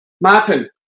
Martin